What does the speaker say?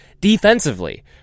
defensively